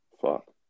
Fuck